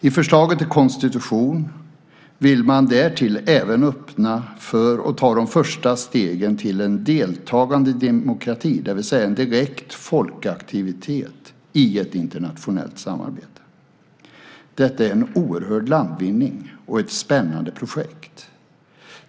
I förslaget till konstitution vill man därtill även öppna för och ta de första stegen mot en deltagande demokrati, det vill säga en direkt folkaktivitet i ett internationellt samarbete. Detta är en oerhörd landvinning och ett spännande projekt.